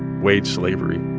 wage slavery